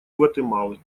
гватемалы